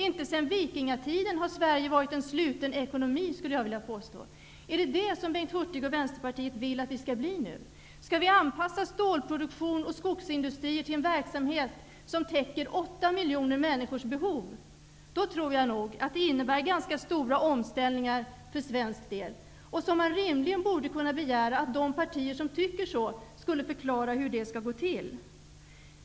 Inte sedan vikingatiden har Sverige varit en sluten ekonomi, skulle jag vilja påstå. Är det detta som Bengt Hurtig och Vänsterpartiet vill att Sverige nu skall bli? Skall vi anpassa stålproduktion och skogsindustri till en verksamhet som täcker 8 miljoner människors behov? Då tror jag att det innebär ganska stora omställningar för svensk del. Man borde rimligen kunna begära att de partier som anser detta skall förklara hur det skall gå till.